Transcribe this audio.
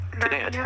Today